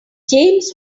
james